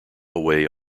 away